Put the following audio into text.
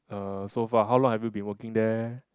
uh so far how long have you been working there